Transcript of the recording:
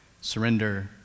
surrender